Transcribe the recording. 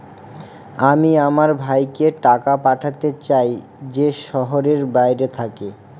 আমি আমার ভাইকে টাকা পাঠাতে চাই যে শহরের বাইরে থাকে